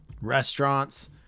Restaurants